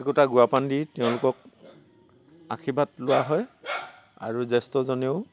একোটা গুৱা পাণ দি তেওঁলোকক আশীৰ্বাদ লোৱা হয় আৰু জ্যেষ্ঠজনেও